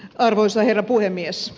arvoisa herra puhemies